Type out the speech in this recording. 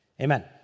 amen